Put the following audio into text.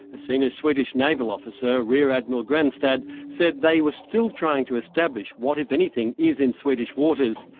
a senior swedish naval officer, rear admiral grenstad, said they were still trying to establish what, if anything, is in swedish waters.